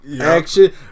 action